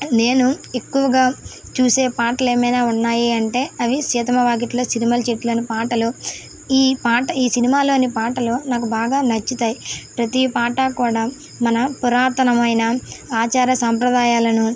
నేను ఎక్కువగా చూసే పాటలు ఏమైనా ఉన్నాయి అంటే అవి సీతమ్మ వాకిట్లో సిరిమల్లె చెట్టు అనే పాటలు ఈ పాట ఈ సినిమాలోని పాటలు నాకు బాగా నచ్చుతాయి ప్రతి పాట కూడా మన పురాతనమైన ఆచార సాంప్రదాయాలను